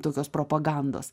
tokios propagandos